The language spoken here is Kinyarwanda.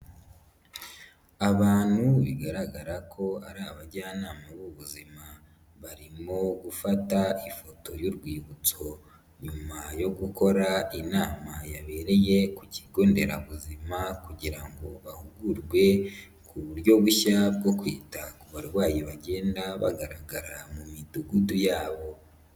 Abantu bigaragara ko ari abajyanama b'ubuzima barimo gufata ifoto y'urwibutso nyuma yo gukora inama yabereye ku kigo nderabuzima kugira ngo bahugurwe ku buryo bushya bwo kwita ku barwayi bagenda bagaragara mu Midugudu yabo.